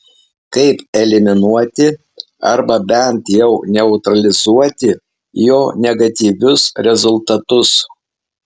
kaip eliminuoti arba bent jau neutralizuoti jo negatyvius rezultatus